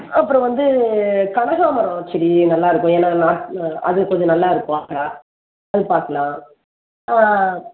அப்புறம் வந்து கனகாம்பரம் செடி நல்லா இருக்கும் ஏனால் நான் அது கொஞ்சம் நல்லா இருக்கும் அழகாக அது பார்க்கலாம்